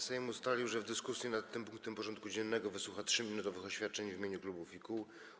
Sejm ustalił, że w dyskusji nad tym punktem porządku dziennego wysłucha 3-minutowych oświadczeń w imieniu klubów i kół.